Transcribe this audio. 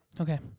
Okay